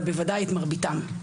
אבל בוודאי את מרביתם.